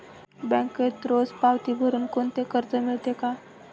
बँकेत रोज पावती भरुन कोणते कर्ज मिळते का?